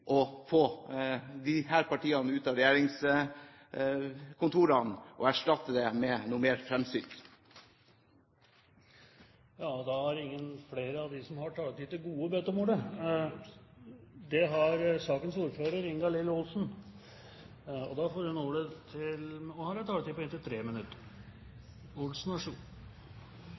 å få disse partiene ut av regjeringskontorene og erstatte dem med noe mer fremsynt. Da har ikke flere av dem som har taletid til gode, bedt om ordet. Men det har sakens ordfører, Ingalill Olsen, som har en taletid på inntil 3 minutter.